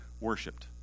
worshipped